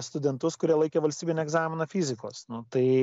studentus kurie laikė valstybinį egzaminą fizikos nu tai